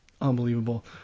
unbelievable